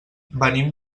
venim